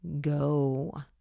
go